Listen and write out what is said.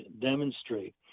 demonstrate